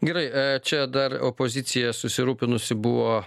gerai čia dar opozicija susirūpinusi buvo